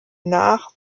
nach